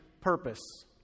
purpose